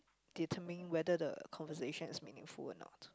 determine whether the conversation is meaningful or not